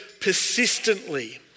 persistently